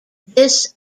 this